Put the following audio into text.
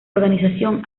organización